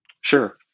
Sure